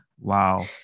Wow